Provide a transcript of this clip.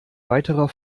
weiterer